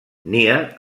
nia